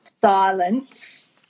silence